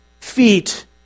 feet